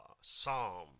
psalm